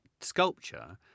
sculpture